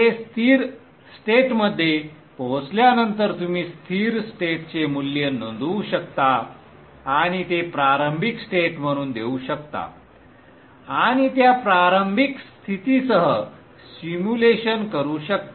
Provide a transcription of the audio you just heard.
ते स्थिर स्टेटमध्ये पोहोचल्यानंतर तुम्ही स्थिर स्टेट चे मूल्य नोंदवू शकता आणि ते प्रारंभिक स्टेट म्हणून देऊ शकता आणि त्या प्रारंभिक स्थितींसह सिम्युलेशन करू शकता